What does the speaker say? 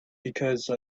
because